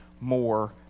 more